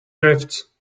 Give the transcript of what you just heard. drifts